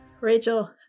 Rachel